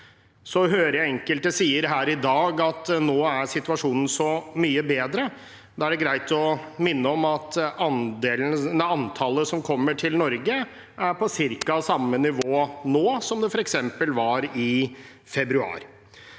Jeg hører enkelte si her i dag at nå er situasjonen så mye bedre. Da er det greit å minne om at antallet som kommer til Norge, er på ca. samme nivå nå som det f.eks. var i februar.